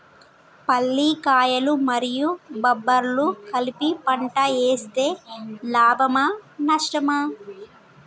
పల్లికాయలు మరియు బబ్బర్లు కలిపి పంట వేస్తే లాభమా? నష్టమా?